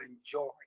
enjoy